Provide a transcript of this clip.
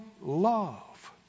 love